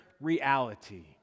reality